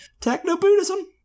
Techno-Buddhism